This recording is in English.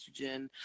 estrogen